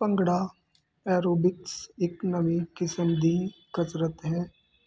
bhangra aerobics ਇੱਕ ਨਵੀਂ ਕਿਸਮ ਦੀ ਕਸਰਤ ਹੈ